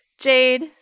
Jade